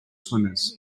swimmers